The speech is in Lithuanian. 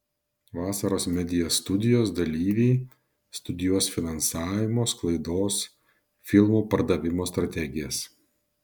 vasaros media studijos dalyviai studijuos finansavimo sklaidos filmų pardavimo strategijas